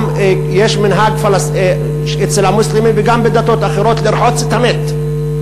יש מנהג גם אצל המוסלמים וגם בדתות אחרות לרחוץ את המת.